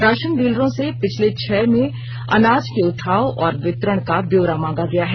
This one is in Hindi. राशन डीलरों से पिछले छह में अनाज के उठाव और वितरण का ब्यौरा मांगा गया है